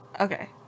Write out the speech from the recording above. Okay